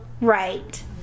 Right